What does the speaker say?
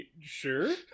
Sure